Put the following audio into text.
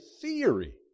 theory